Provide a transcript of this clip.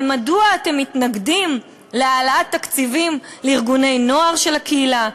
אבל מדוע אתם מתנגדים להעלאת תקציבים לארגוני נוער של הקהילה?